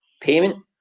Payment